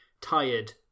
tired